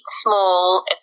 small